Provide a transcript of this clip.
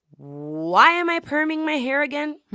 why am i perming my hair again?